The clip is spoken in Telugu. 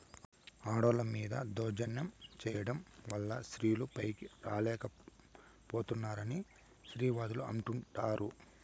ఆడోళ్ళ మీద దౌర్జన్యం చేయడం వల్ల స్త్రీలు పైకి రాలేక పోతున్నారని స్త్రీవాదులు అంటుంటారు